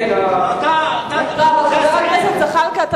חבר הכנסת זחאלקה,